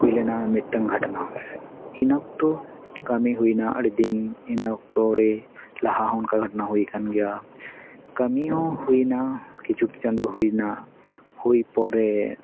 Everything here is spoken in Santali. ᱦᱩᱭ ᱞᱮᱱᱟ ᱢᱤᱫᱴᱟᱱ ᱜᱷᱚᱴᱚᱱᱟ ᱩᱱ ᱚᱠᱛᱚ ᱠᱟᱹᱢᱤ ᱦᱩᱭᱱᱟ ᱟᱹᱰᱤᱫᱤᱱ ᱤᱱᱟᱹ ᱚᱠᱛᱚ ᱨᱮ ᱞᱟᱦᱟ ᱦᱚᱸ ᱚᱱᱠᱟ ᱜᱷᱚᱴᱚᱱᱟ ᱦᱩᱭ ᱟᱠᱟᱱ ᱜᱮᱭᱟ ᱠᱟᱹᱢᱤ ᱦᱚᱸ ᱦᱩᱭᱱᱟ ᱠᱤᱪᱷᱩ ᱪᱟᱸᱫᱳ ᱦᱩᱭᱱᱟ ᱦᱩᱭ ᱯᱚᱨᱮ